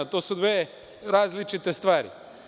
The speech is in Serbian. To su dve različite stvari.